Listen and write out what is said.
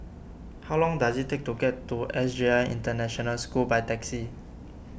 how long does it take to get to S J I International School by taxi